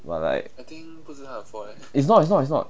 but like it's not it's not it's not